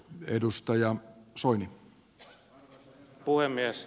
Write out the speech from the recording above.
arvoisa herra puhemies